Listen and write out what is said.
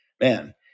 man